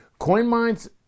CoinMine's